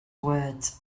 words